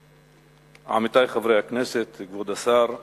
תודה, עמיתי חברי הכנסת, כבוד השר,